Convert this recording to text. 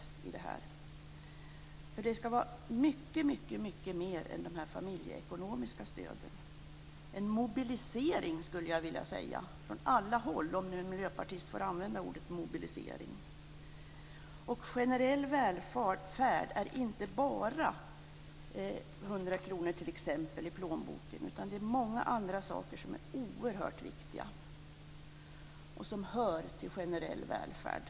Det ska vara mycket mer än de familjeekonomiska stöden, en mobilisering, skulle jag vilja säga, från alla håll - om nu en miljöpartist får använda ordet mobilisering. Generell välfärd är inte bara t.ex. 100 kr i plånboken, utan det är många andra saker som är oerhört viktiga och som hör till generell välfärd.